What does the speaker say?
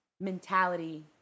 mentality